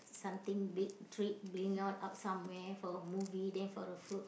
something big treat bringing you all out somewhere for a movie then for a food